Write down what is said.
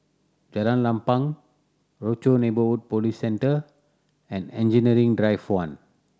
Jalan Lapang Rochor Neighborhood Police Centre and Engineering Drive One